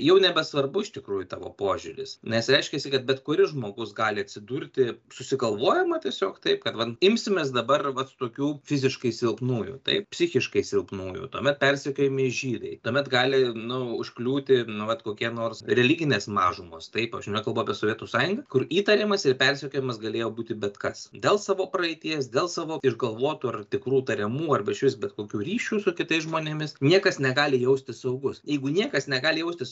jau nebesvarbu iš tikrųjų tavo požiūris nes reiškiasi kad bet kuris žmogus gali atsidurti susigalvojama tiesiog taip kad va imsimės dabar vat tokių fiziškai silpnųjų taip psichiškai silpnųjų tuomet persekiojami žydai tuomet gali nu užkliūti nu vat kokie nors religinės mažumos taip aš nekalbu apie sovietų sąjungą kur įtariamas ir persekiojamas galėjo būti bet kas dėl savo praeities dėl savo išgalvotų ar tikrų tariamų arba išvis bet kokių ryšių su kitais žmonėmis niekas negali jaustis saugus jeigu niekas negali jaustis